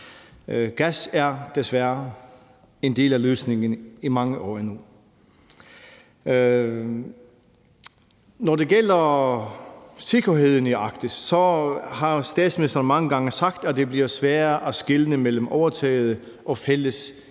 Gas er desværre en del af løsningen i mange år endnu. Kl. 21:14 Når det gælder sikkerheden i Arktis, har statsministeren mange gange sagt, at det bliver sværere at skelne mellem overtagede og fælles